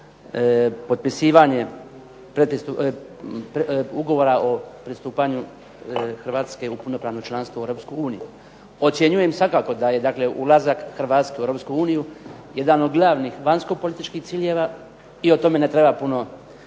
potpisivanje Ugovora o pristupanju Hrvatske u punopravno članstvo u Europsku uniju. Ocjenjujem svakako da je dakle ulazak Hrvatske u Europsku uniju jedan od glavnih vanjskopolitičkih ciljeva i o tome ne treba puno